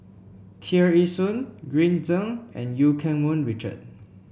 Tear Ee Soon Green Zeng and Eu Keng Mun Richard